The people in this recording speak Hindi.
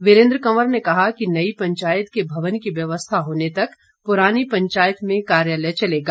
वीरेंद्र कवर ने कहा कि नई पंचायत के भवन की व्यवस्था होने तक पुरानी पंचायत में कार्यालय चलेगा